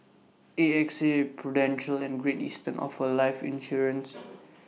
A X A prudential and great eastern offer life insurance